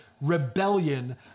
rebellion